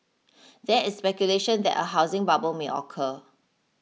there is speculation that a housing bubble may occur